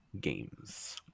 games